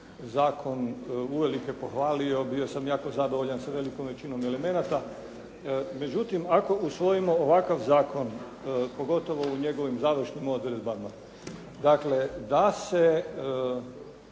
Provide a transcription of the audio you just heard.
zakon uvelike pohvalio, bio sam jako zadovoljan sa velikom većinom elemenata. Međutim, ako usvojimo ovakav zakon pogotovo u njegovim završnim odredbama, dakle da se